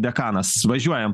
dekanas važiuojam